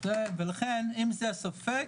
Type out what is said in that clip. לכן אם זה ספק,